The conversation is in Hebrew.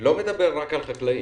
לא מדבר רק על חקלאים.